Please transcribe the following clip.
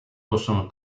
possono